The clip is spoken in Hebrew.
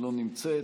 לא נמצאת.